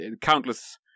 countless